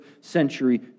century